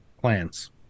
Plans